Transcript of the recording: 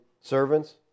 servants